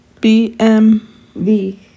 BMV